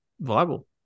viable